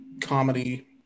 comedy